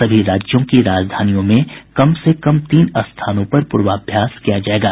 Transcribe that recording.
सभी राज्यों की राजधानियों में कम से कम तीन स्थानों पर पूर्वाभ्यास किया जाएगा